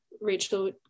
Rachel